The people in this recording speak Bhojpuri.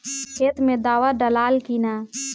खेत मे दावा दालाल कि न?